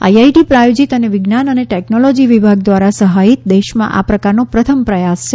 IIT પ્રાયોજિત અને વિજ્ઞાન અને ટેકનોલોજી વિભાગ દ્વારા સહાયિત દેશમાં આ પ્રકારનો પ્રથમ પ્રથાસ છે